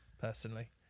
personally